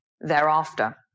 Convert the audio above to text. thereafter